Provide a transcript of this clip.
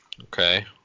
Okay